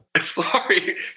Sorry